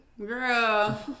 Girl